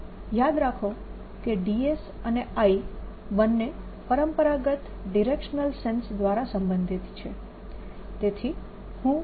યાદ રાખો કે dS અને I બંને પરંપરાગત ડિરેક્શનલ સેન્સ દ્વારા સંબંધિત છે